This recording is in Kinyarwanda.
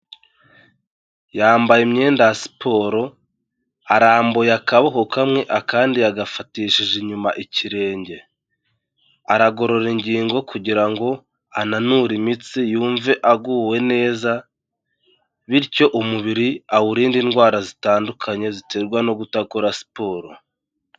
Yambaye imyenda ya siporo arambuye akaboko kamwe akandi yagafatishije inyuma ikirenge, aragorora ingingo kugira ngo ananure imitsi yumve aguwe neza bityo umubiri awurindade indwara zitandukanye ziterwa no kudakora siporo.